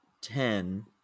ten